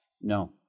no